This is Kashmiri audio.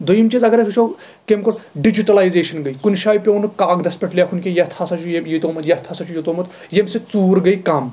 دوٚیم چیٖز اَگر أسۍ وُچھو کیٚمۍ کوٚر ڈجِٹلایزیشن گٔیے کُنہِ جایہِ پیٚوو نہٕ کاکدس پٮ۪ٹھ لٮ۪کُھن کیٚنٛہہ یَتھ ہسا چھُ یہِ تھوومُت یَتھ ہسا چھُ یہِ تھوومُت ییٚمہ سۭتۍ ژوٗر گٔیے کَم